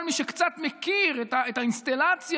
כל מי שקצת מכיר את האינסטלציה,